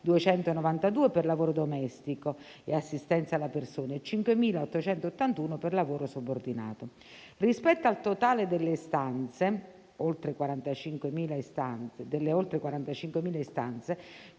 39.292 per lavoro domestico e assistenza alla persona e 5.881 per lavoro subordinato. Rispetto al totale delle oltre 45.000 istanze,